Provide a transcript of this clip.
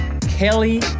Kelly